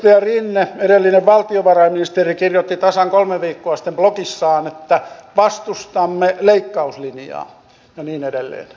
edustaja rinne edellinen valtiovarainministeri kirjoitti tasan kolme viikkoa sitten blogissaan että vastustamme leikkauslinjaa ja niin edelleen